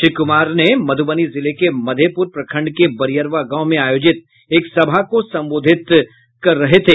श्री कुमार ने मधुबनी जिले के मधेपुर प्रखंड के बरियरवा गांव में आयोजित एक सभा को संबोधित कर रहे थे